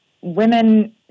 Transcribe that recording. women